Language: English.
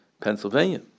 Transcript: Pennsylvania